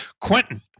Quentin